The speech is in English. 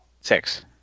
Six